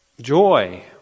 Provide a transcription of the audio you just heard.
Joy